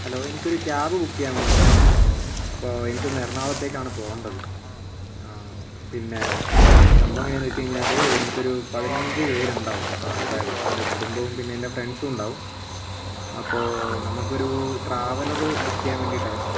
hello എനിക്കൊരു cab book ചെയ്യാൻ വേണ്ടിയിട്ടായിരുന്നു അപ്പോൾ എനിക്കൊന്ന് എറണാകുളത്തേക്കാണ് പോവേണ്ടത് പിന്നെ സംഭവം എങ്ങനെയെന്നു വച്ചു കഴിഞ്ഞാൽ എനിക്കൊരു പതിനഞ്ച് പേരുണ്ടാവും ആൾക്കാർ എൻ്റെ കുടുംബവും പിന്നെ എൻ്റെ ഫ്രണ്ട്സും ഉണ്ടാവും അപ്പോൾ നമുക്കൊരു ട്രാവലറ് ബുക്ക് ചെയ്യാൻ വേണ്ടിയിട്ടായിരുന്നു